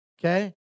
Okay